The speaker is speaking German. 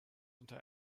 unter